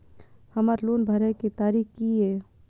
हमर लोन भरय के तारीख की ये?